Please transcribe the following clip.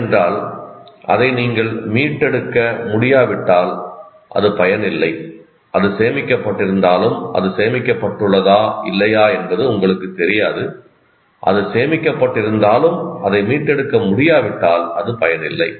ஏனென்றால் அதை நீங்கள் மீட்டெடுக்க முடியாவிட்டால் அது பயனில்லை அது சேமிக்கப்பட்டிருந்தாலும் அது சேமிக்கப்பட்டுள்ளதா இல்லையா என்பது உங்களுக்குத் தெரியாது அது சேமிக்கப்பட்டிருந்தாலும் அதை மீட்டெடுக்க முடியாவிட்டால் அது பயனில்லை